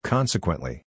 Consequently